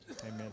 Amen